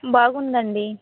బాగుందండి